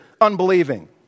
unbelieving